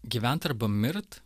gyvent arba mirt